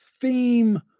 theme